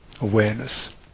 awareness